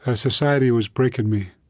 ah society was breaking me.